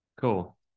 cool